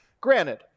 Granted